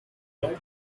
like